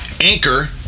anchor